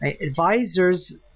Advisors